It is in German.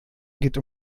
geht